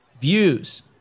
views